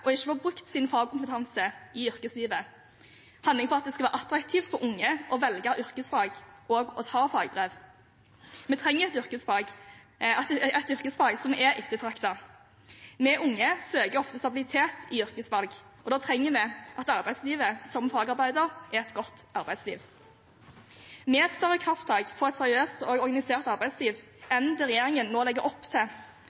opplever ikke å få brukt sin fagkompetanse i yrkeslivet, handling for at det skal være attraktivt for unge å velge yrkesfag og å ta fagbrev. Vi trenger at yrkesfag er ettertraktet. Vi unge søker ofte stabilitet i yrkesvalg, og da trenger vi at arbeidslivet som fagarbeider er et godt arbeidsliv. Med et større krafttak for et seriøst og organisert arbeidsliv